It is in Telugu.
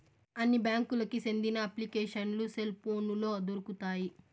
అన్ని బ్యాంకులకి సెందిన అప్లికేషన్లు సెల్ పోనులో దొరుకుతాయి